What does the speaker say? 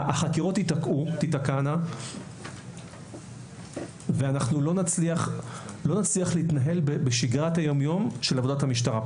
החקירות תתקענה ואנחנו לא נצליח להתנהל בשגרת היום יום של עבודת המשטרה.